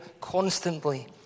constantly